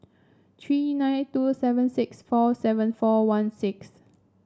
three nine two seven six four seven four one six